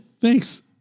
Thanks